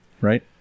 right